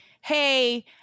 Hey